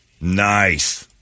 Nice